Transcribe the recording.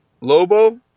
lobo